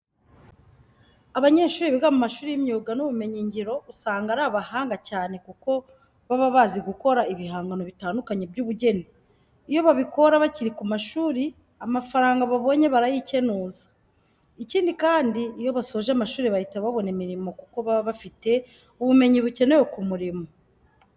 Abanyeshuri biga mu mashuri y'imyuga n'ubumenyingiro, usanga ari abahanga cyane kuko baba bazi gukora ibihangano bitandukanye by'ubugeni. Iyo babikora bakiri ku mashuri, amafaranga babonye barayikenuza. Ikindi kandi, iyo basoje amashuri bahita babona imirimo kuko baba bafite ubumenyi bukenewe ku murimo.